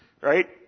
Right